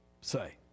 say